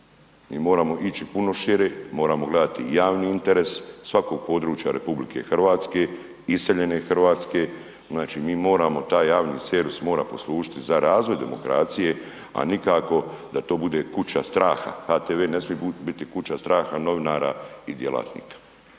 moramo ići puno šire, moramo gledati javni interes svakog područja RH, iseljene Hrvatske, znači mi moramo taj javni servis, mora poslužiti za razvoj demokracije a nikako da to bude kuća straha. HTV ne smije biti kuća straha novinara i djelatnika